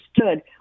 understood